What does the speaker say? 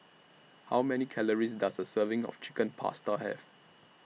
How Many Calories Does A Serving of Chicken Pasta Have